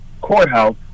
courthouse